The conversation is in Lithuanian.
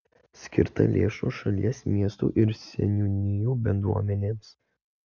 skirta lėšų šalies miestų ir seniūnijų bendruomenėms